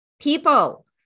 people